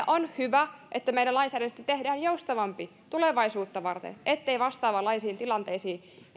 on hyvä että meidän lainsäädännöstä tehdään joustavampi tulevaisuutta varten ettei vastaavanlaisiin tilanteisiin